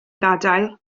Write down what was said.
gadael